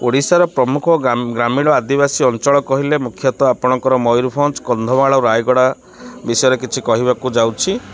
ଓଡ଼ିଶାର ପ୍ରମୁଖ ଗ୍ରାମୀଣ ଆଦିବାସୀ ଅଞ୍ଚଳ କହିଲେ ମୁଖ୍ୟତଃ ଆପଣଙ୍କର ମୟୂରଭଞ୍ଜ କନ୍ଧମାଳ ଆଉ ରାୟଗଡ଼ା ବିଷୟରେ କିଛି କହିବାକୁ ଯାଉଛି